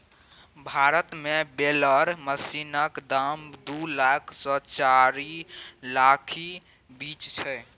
भारत मे बेलर मशीनक दाम दु लाख सँ चारि लाखक बीच छै